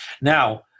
Now